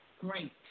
Great